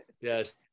Yes